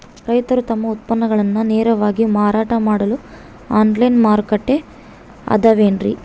ರೈತರು ತಮ್ಮ ಉತ್ಪನ್ನಗಳನ್ನ ನೇರವಾಗಿ ಮಾರಾಟ ಮಾಡಲು ಆನ್ಲೈನ್ ಮಾರುಕಟ್ಟೆ ಅದವೇನ್ರಿ?